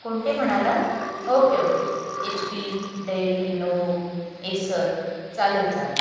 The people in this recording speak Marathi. कोणते म्हणालात okay okay H P Dell Lenovo Acer चालेल चालेल